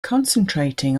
concentrating